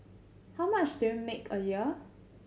how much do you make a year